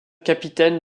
capitaine